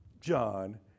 John